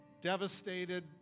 devastated